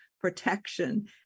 protection